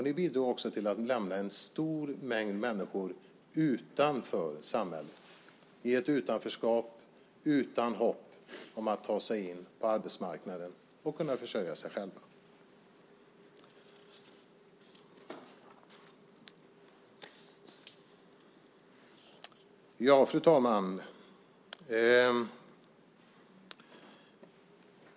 Ni bidrog också till att lämna en stor mängd människor utanför samhället, i ett utanförskap där de stod utan hopp om att ta sig in på arbetsmarknaden och kunna försörja sig själva. Fru talman!